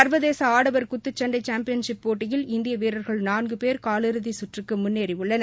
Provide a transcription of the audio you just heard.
சர்வதேச ஆடவர் குத்துச்சண்டை சாம்பியன்ஷிப் போட்டியில் இந்திய வீரர்கள் நான்கு பேர் காலிறுதி சுற்றுக்கு முன்னேறியுள்ளனர்